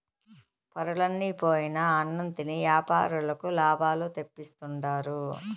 పొరలన్ని పోయిన అన్నం తిని యాపారులకు లాభాలు తెప్పిస్తుండారు